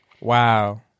Wow